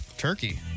Turkey